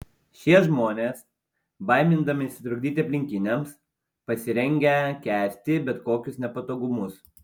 šie žmonės baimindamiesi trukdyti aplinkiniams pasirengę kęsti bet kokius nepatogumus